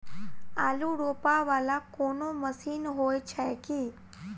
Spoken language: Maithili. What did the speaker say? आलु रोपा वला कोनो मशीन हो छैय की?